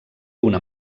una